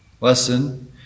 lesson